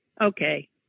Okay